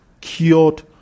cured